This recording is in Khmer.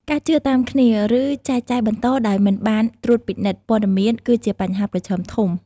ការ ជឿតាមគ្នា ឬចែកចាយបន្តដោយមិនបានត្រួតពិនិត្យ ព័ត៌មាន គឺជាបញ្ហាប្រឈមធំ។